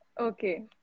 Okay